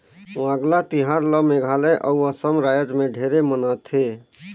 वांगला तिहार ल मेघालय अउ असम रायज मे ढेरे मनाथे